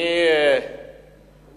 אני